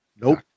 Nope